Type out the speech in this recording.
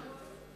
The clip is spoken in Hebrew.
השאלה מה מנטרים.